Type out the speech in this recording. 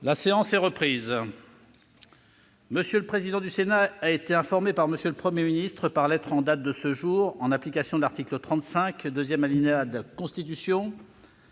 La séance est reprise. M. le président du Sénat a été informé par M. le Premier ministre, par lettre en date de ce jour, en application de l'article 35, deuxième alinéa, de la Constitution,